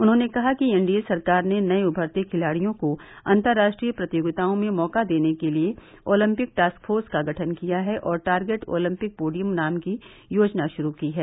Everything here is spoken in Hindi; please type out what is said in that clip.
उन्होंने कहा कि एनडीए सरकार ने नये उमरते खिलाडियों को अंतर्राष्ट्रीय प्रतियोगिताओं में मौका देने के लिए ओलिम्पिक टॉस्क फोर्स का गठन किया है और टारगेट ओलिम्पिकपोडियम नाम की योजना शुरू की है